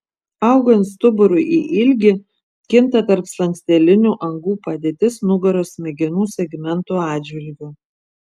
augant stuburui į ilgį kinta tarpslankstelinių angų padėtis nugaros smegenų segmentų atžvilgiu